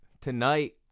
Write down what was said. Tonight